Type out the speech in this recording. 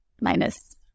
minus